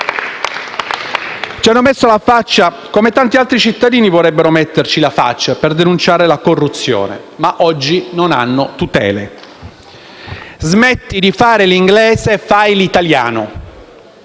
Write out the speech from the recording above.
Ci hanno messo la faccia come tanti altri cittadini vorrebbero fare per denunciare la corruzione, ma oggi non hanno tutele. «Smetti di fare l'inglese, fai l'italiano».